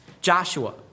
Joshua